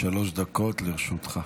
שלוש דקות לרשותך.